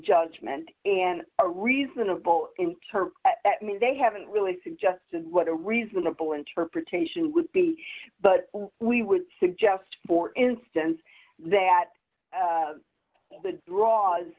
judgment and a reasonable inter me they haven't really suggested what a reasonable interpretation would be but we would suggest for instance that the draw